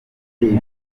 hejuru